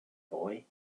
boy